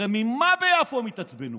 הרי ממה ביפו הם התעצבנו?